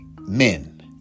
men